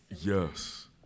Yes